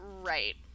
right